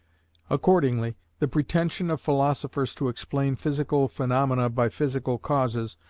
accordingly, the pretension of philosophers to explain physical phaenomena by physical causes,